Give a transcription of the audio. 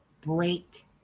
break